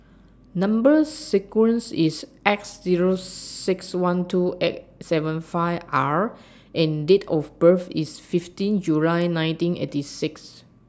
Number sequence IS X Zero six one two eight seven five R and Date of birth IS fifteen July nineteen eighty six